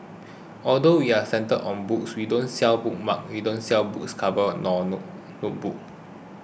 although we're centred on books we don't sell bookmark we don't sell books covers or notebook